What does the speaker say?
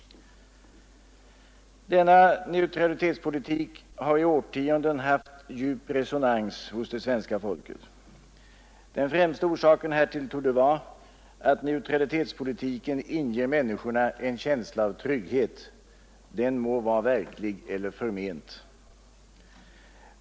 Denna neutralitetspolitik har i årtionden haft djup resonans hos det svenska folket. Den främsta orsaken härtill torde vara att neutralitetspolitiken inger människorna en känsla av trygghet — den må vara verklig eller förment.